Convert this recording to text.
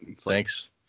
Thanks